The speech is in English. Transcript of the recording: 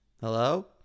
Hello